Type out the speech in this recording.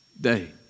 day